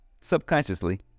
subconsciously